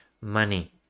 money